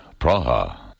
Praha